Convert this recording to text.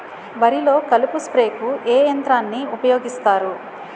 వరిలో కలుపు స్ప్రేకు ఏ యంత్రాన్ని ఊపాయోగిస్తారు?